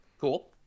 Cool